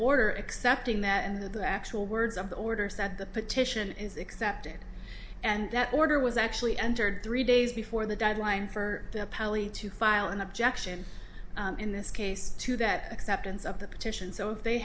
order accepting that and the actual words of the order said the petition is accepted and that order was actually entered three days before the deadline for the pelly to file an objection in this case to that acceptance of the petition so if they